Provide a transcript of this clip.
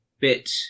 bit